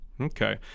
Okay